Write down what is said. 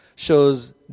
shows